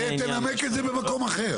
תנמק את זה במקום אחר.